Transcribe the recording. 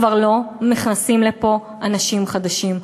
כבר לא נכנסים לפה אנשים חדשים,